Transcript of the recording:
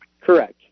Correct